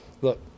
look